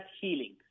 healing